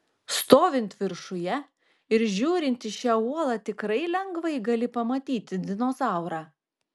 stovint viršuje ir žiūrint į šią uolą tikrai lengvai gali pamatyti dinozaurą